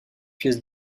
pièces